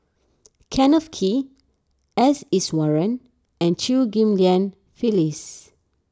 Kenneth Kee S Iswaran and Chew Ghim Lian Phyllis